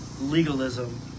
legalism